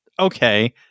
okay